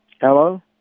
Hello